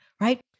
right